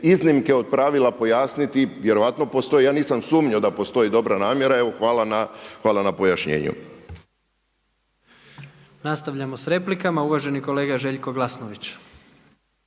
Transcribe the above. iznimke od pravila pojasniti. Vjerojatno postoji. Ja nisam sumnjao da postoji dobra namjera. Evo hvala na pojašnjenju. **Jandroković, Gordan (HDZ)** Nastavljamo sa replikama. Uvaženi kolega Željko Glasnović.